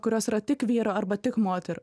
kurios yra tik vyro arba tik moterų